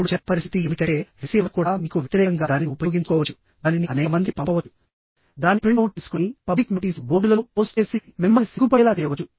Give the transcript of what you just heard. ఇప్పుడు చెత్త పరిస్థితి ఏమిటంటే రిసీవర్ కూడా మీకు వ్యతిరేకంగా దానిని ఉపయోగించుకోవచ్చు దానిని అనేక మందికి పంపవచ్చు దాని ప్రింట్ అవుట్ తీసుకొని పబ్లిక్ నోటీసు బోర్డులలో పోస్ట్ చేసి మిమ్మల్ని సిగ్గుపడేలా చేయవచ్చు